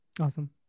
Awesome